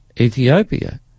Ethiopia